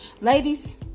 ladies